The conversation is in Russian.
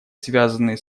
связанные